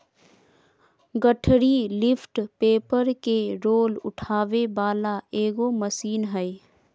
गठरी lifter paper के roll उठावे वाला एगो मशीन हइ